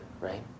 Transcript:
right